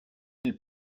mille